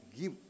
give